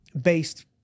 based